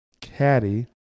caddy